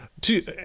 Two